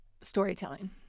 storytelling